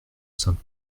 sainte